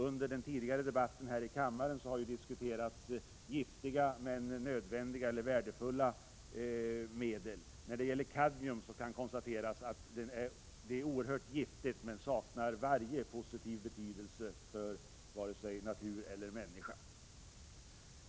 Under den tidigare debatten här i kammaren har man diskuterat giftiga men nödvändiga eller värdefulla medel. När det gäller kadmium kan man konstatera att det är oerhört giftigt men saknar varje positiv betydelse för natur och människa.